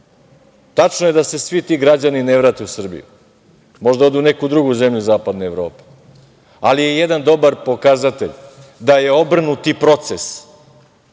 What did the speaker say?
Tačno je da se svi ti građani ne vrate u Srbiju, možda odu u neku drugu zemlju zapadne Evrope, ali je jedan dobar pokazatelj da je obrnuti proces